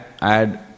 add